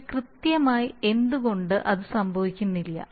പക്ഷേ കൃത്യമായി എന്തുകൊണ്ട് അത് സംഭവിക്കുന്നില്ല